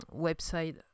website